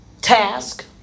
task